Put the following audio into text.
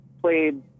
played